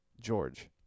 George